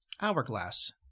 hourglass